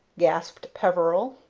gasped peveril.